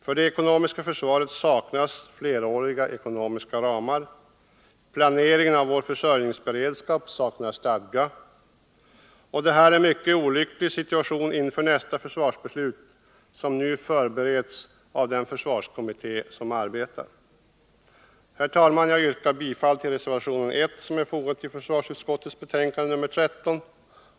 För det ekonomiska försvaret saknas fleråriga ekonomiska ramar. Planeringen av vår försörjningsberedskap saknar stadga. Detta är en mycket olycklig situation inför nästa försvarsbeslut, som nu förbereds av den försvarskommitté som arbetar. Herr talman! Jag yrkar bifall till reservation nr 1 till försvarsutskottets betänkande nr 13.